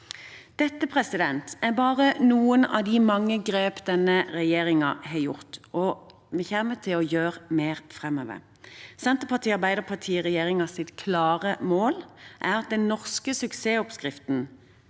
Dette er bare noen av de mange grep denne regjeringen har gjort, og vi kommer til å gjøre mer framover. Senterparti–Arbeiderparti-regjeringens klare mål er at den norske suksessoppskriften,